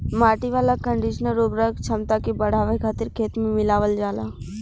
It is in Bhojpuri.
माटी वाला कंडीशनर उर्वरक क्षमता के बढ़ावे खातिर खेत में मिलावल जाला